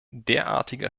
derartiger